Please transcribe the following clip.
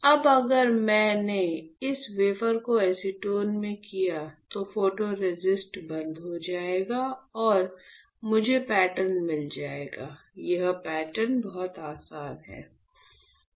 अब अगर मैंने इस वेफर को एसीटोन में किया तो फोटोरेसिस्ट बंद हो जाएगा और मुझे पैटर्न मिल जाएगा और यह पैटर्न बहुत आसान है